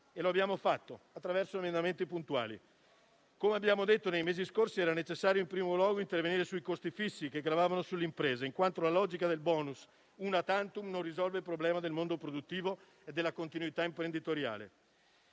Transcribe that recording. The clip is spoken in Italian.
e lo abbiamo fatto attraverso emendamenti puntuali. Come abbiamo detto nei mesi scorsi, era necessario in primo luogo intervenire sui costi fissi, che gravano sulle imprese, in quanto la logica del *bonus una tantum* non risolve il problema del mondo produttivo e della continuità imprenditoriale.